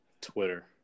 Twitter